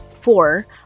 four